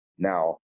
Now